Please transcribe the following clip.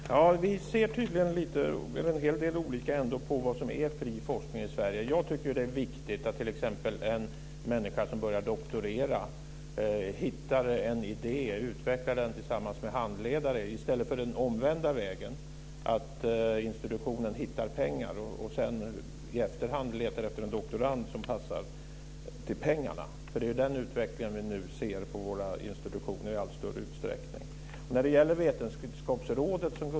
Fru talman! Vi ser tydligen till en del olika på vad som är fri forskning i Sverige. Jag tycker att det är viktigt att t.ex. en människa som börjar doktorera hittar en idé och utvecklar den tillsammans med handledaren i stället för den omvända vägen - att institutionen hittar pengar och sedan i efterhand letar efter en doktorand som passar till pengarna. Det är den utveckling vi nu ser på våra institutioner i allt större utsträckning. Gunnar Goude nämnde Vetenskapsrådet.